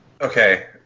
Okay